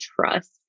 trust